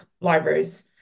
libraries